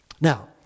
now